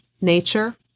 nature